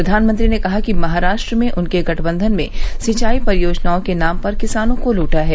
प्रधानमंत्री ने कहा कि महाराष्ट्र में उनके गठबंधन में सिंचाई परियोजना के नाम पर किसानों को लूटा है